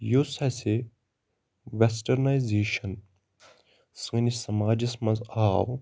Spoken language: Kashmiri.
یُس اَسہِ وٮ۪سٹٔرنایزیشَن سٲنِس سَماجَس منٛز آو